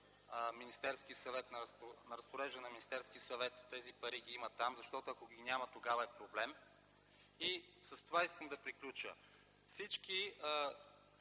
на разпореждане на Министерския съвет тези пари ги има там, защото ако ги няма, тогава е проблем. И с това искам да приключа – всички